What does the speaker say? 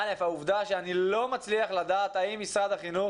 א', העובדה שאני לא מצליח לדעת האם משרד החינוך